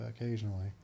occasionally